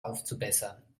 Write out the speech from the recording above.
aufzubessern